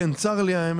כן, צר לי.